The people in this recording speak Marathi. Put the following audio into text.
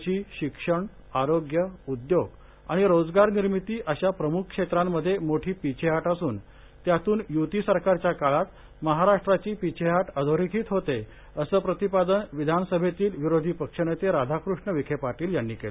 कृषि शिक्षण आरोग्य उद्योग आणि रोजगारनिर्मिती अशा प्रमुख क्षेत्रांमध्ये मोठी पिछेहाट असून त्यातून युती सरकारच्या काळात महाराष्ट्राची पिछेहाट अधोरेखित होते असं प्रतिपादन विधानसभेतील विरोधी पक्षनेते राधाकृष्ण विखे पाटील यांनी केलं